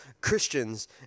Christians